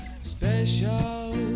Special